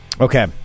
okay